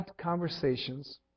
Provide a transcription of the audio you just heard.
conversations